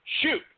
Shoot